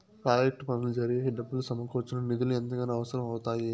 project పనులు జరిగేకి డబ్బులు సమకూర్చడం నిధులు ఎంతగానో అవసరం అవుతాయి